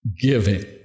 giving